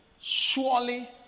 surely